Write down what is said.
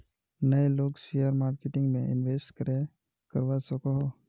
नय लोग share marketing में इंवेस्ट करे करवा सकोहो?